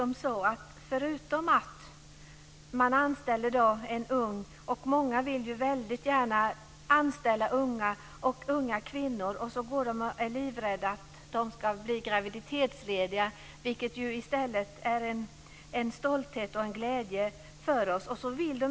Många vill gärna anställa unga kvinnor, men samtidigt är de livrädda att dessa kvinnor ska ta ut graviditetsledighet - vilket ska vara en stolthet och glädje för oss.